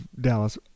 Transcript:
Dallas